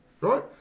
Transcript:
right